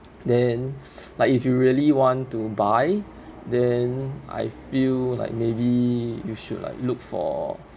then like if you really want to buy then I feel like maybe you should like look for